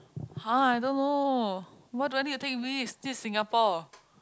!huh! I don't know why do I need to take risk this is Singapore